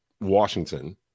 Washington